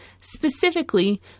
specifically